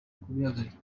kubihagarika